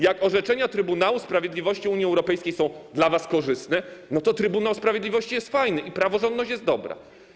Jak orzeczenia Trybunału Sprawiedliwości Unii Europejskiej są dla was korzystne, to Trybunał Sprawiedliwości jest fajny i praworządność jest dobra.